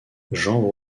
jean